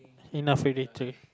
enough already three